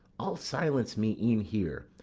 i'll silence me e'en here.